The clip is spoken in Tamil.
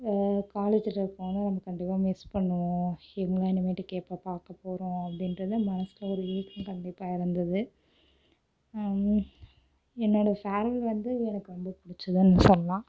காலேஜ் இருக்குறவங்களை நம்ப கண்டிப்பாக மிஸ் பண்ணுவோம் இவங்களலாம் இனிமேட்டுக்கு எப்போ பார்க்கப் போகிறோம் அப்படின்றது மனதுக்குள்ள ஒரு ஏக்கம் கண்டிப்பாக இருந்தது என்னோடய ஃபேர்வல் வந்து எனக்கு வந்து பிடிச்சிதுன்னு சொல்லலாம்